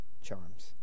charms